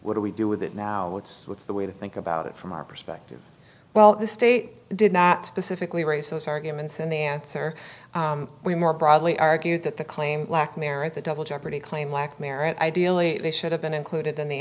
what do we do with it now what's with the way to think about it from our perspective well the state did not specifically raise those arguments and the answer we more broadly argued that the claimed black mare at the double jeopardy claim lack merit ideally they should have been included in the